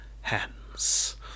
hands